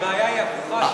הבעיה היא הפוכה,